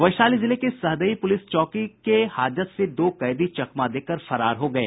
वैशाली जिले के सहदेई पुलिस चौक के हाजत से दो कैदी चकमा देकर फरार हो गये